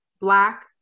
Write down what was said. Black